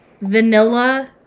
vanilla